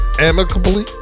amicably